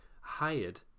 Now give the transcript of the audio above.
hired